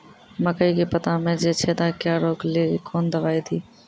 मकई के पता मे जे छेदा क्या रोक ले ली कौन दवाई दी?